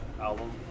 album